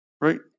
Right